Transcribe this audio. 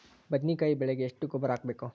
ಬದ್ನಿಕಾಯಿ ಬೆಳಿಗೆ ಎಷ್ಟ ಗೊಬ್ಬರ ಹಾಕ್ಬೇಕು?